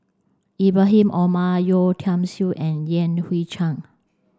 Ibrahim Omar Yeo Tiam Siew and Yan Hui Chang